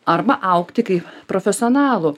arba augti kaip profesionalu